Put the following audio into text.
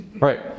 Right